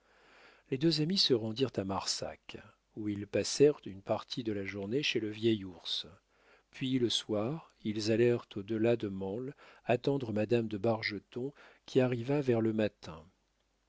les deux amis se rendirent à marsac où ils passèrent une partie de la journée chez le vieil ours puis le soir ils allèrent au delà de mansle attendre madame de bargeton qui arriva vers le matin